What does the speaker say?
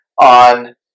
on